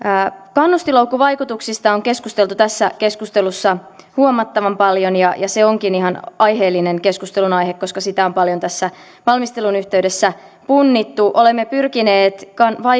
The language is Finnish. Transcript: kannustinloukkuvaikutuksista on keskusteltu tässä keskustelussa huomattavan paljon ja ne ovatkin ihan aiheellinen keskustelunaihe koska niitä on paljon tässä valmistelun yhteydessä punnittu olemme pyrkineet